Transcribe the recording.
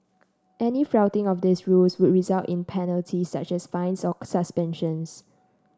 any flouting of these rules would result in penalties such as fines or suspension